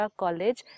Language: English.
college